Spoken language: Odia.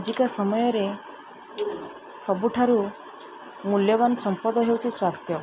ଆଜିକା ସମୟରେ ସବୁଠାରୁ ମୂଲ୍ୟବାନ ସମ୍ପଦ ହେଉଛି ସ୍ୱାସ୍ଥ୍ୟ